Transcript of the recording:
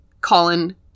Colin